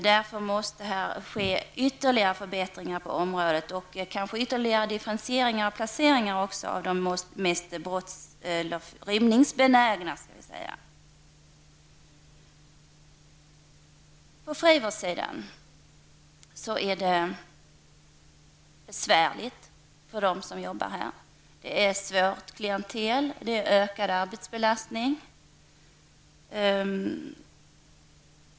Därför måste det ske ytterligare förbättringar och kanske ytterligare differentiering av placeringar av de mest rymningsbenägna. På frivårdssidan är det besvärligt för dem som arbetar där. Det är ett svårt klientel och ökad arbetsbelastning.